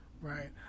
Right